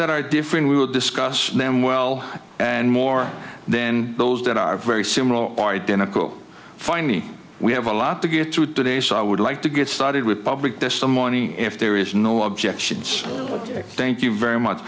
that are different we will discuss them well and more then those that are very similar or identical find me we have a lot to get through today so i would like to get started with public testimony if there is no objections thank you very much